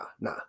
nah